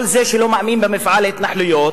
כל מי שלא מאמין במפעל ההתנחלויות,